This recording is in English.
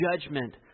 judgment